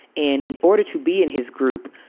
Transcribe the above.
and in order to be in his group,